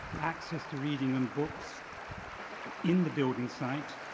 access to reading and books in the building site,